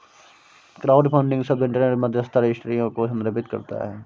crowdfunding शब्द internet मध्यस्थता रजिस्ट्रियों को संदर्भित करता है